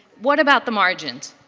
what about the margins